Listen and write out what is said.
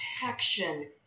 protection